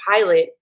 pilot